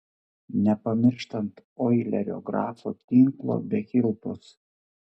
nepamirštant oilerio grafo tinklo be kilpos